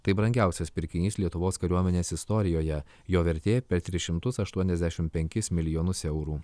tai brangiausias pirkinys lietuvos kariuomenės istorijoje jo vertė per tris šimtus aštuoniasdešim penkis milijonus eurų